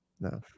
No